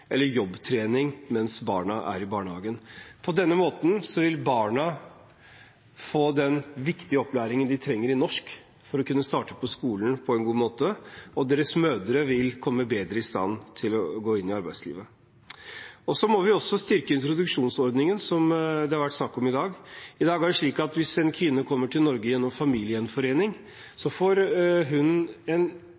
eller jobbtrening mens barna er i barnehagen. På denne måten vil barna få den viktige opplæringen de trenger i norsk for å kunne starte på skolen på en god måte, og deres mødre vil bli bedre i stand til å gå inn i arbeidslivet. Vi må også styrke introduksjonsordningen, som det har vært snakk om i dag. I dag er det slik at hvis en kvinne kommer til Norge gjennom familiegjenforening, får hun